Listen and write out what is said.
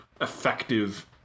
effective